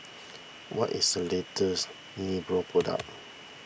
what is the latest Nepro product